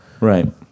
right